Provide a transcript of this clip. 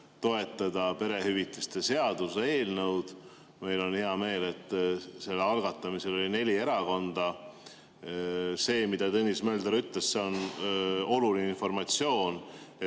toetada perehüvitiste seaduse eelnõu. Meil on hea meel, et selle algatamisel osales neli erakonda. See, mida Tõnis Mölder ütles, on oluline informatsioon: